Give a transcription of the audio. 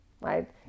right